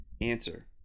Answer